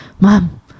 mom